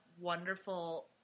wonderful